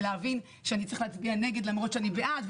ולהבין שצריך להצביע נגד למרות שאני בעד,